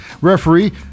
referee